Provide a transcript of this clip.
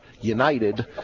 united